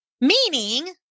Meaning